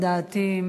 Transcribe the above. לדעתי,